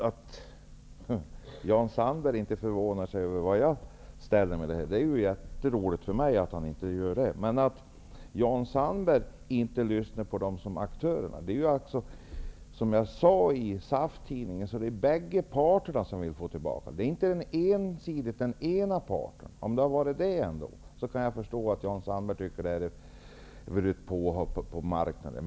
Herr talman! Det är roligt för mig att Jan Sandberg inte förvånar sig över hur jag ställer mig i frågan. Men Jan Sandberg lyssnar inte på aktörerna. Som jag har sagt i SAF-tidningen är det bägge parterna som vill ha tillbaka regleringen. Det är inte bara den ena parten. Om det hade varit så hade jag förstått att Jan Sandberg tycker att det är ett påhopp på marknaden.